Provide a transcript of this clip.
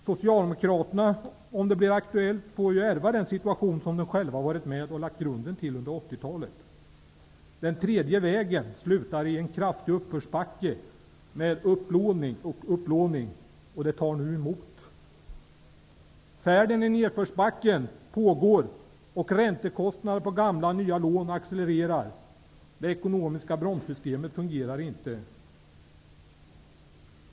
Socialdemokraterna får om det blir aktuellt ärva den situation som de själva har varit med om att lägga grunden till under 80-talet. Den tredje vägen slutar i en kraftig uppförsbacke med upplåning och åter upplåning. Det tar emot. Färden i nedförsbacken pågår, och räntekostnaderna på gamla och nya lån accelererar. Det ekonomiska bromssystemet fungerar inte.